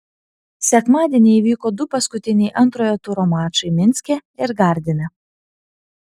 sekmadienį įvyko du paskutiniai antrojo turo mačai minske ir gardine